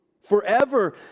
Forever